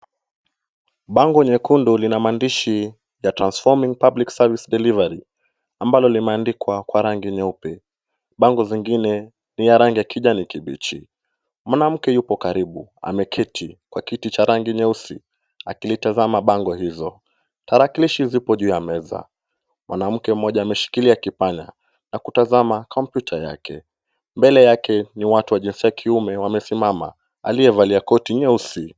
Bango nyekundu lina maandishi ya transforming public service delivery ambalo limeandikwa kwa rangi nyeupe. Bango zingine ni ya rangi ya kijani kibichi. Mwanamke yupo karibu, ameketi kwa kiti cha rangi nyeusi akilitazama bango hizo. Tarakilishi zipo juu ya meza, mwanamke mmoja ameshikilia kipanya na kutazama kompyuta yake. Mbele yake, ni watu wa jinsi ya kiume wamesimama, aliyevalia koti nyeusi.